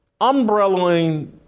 umbrelling